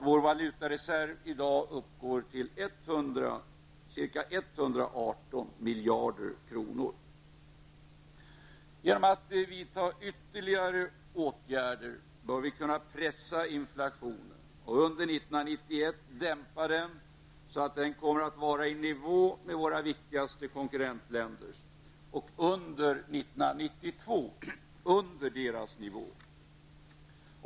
Vår valutareserv uppgår i dag till ca 118 miljarder kronor. Genom att vidta ytterligare åtgärder bör vi kunna pressa inflationen och dämpa den under 1991 så att den kommer i nivå med inflationen i våra viktigaste konkurrentländer och under den nivån för år 1992.